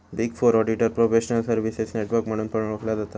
big four auditor professional services network म्हणून पण ओळखला जाता